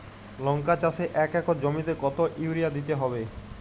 লংকা চাষে এক একর জমিতে কতো ইউরিয়া দিতে হবে?